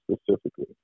specifically